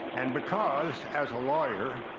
and because as a lawyer,